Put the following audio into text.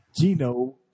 Gino